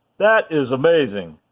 that is amazing!